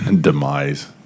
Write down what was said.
Demise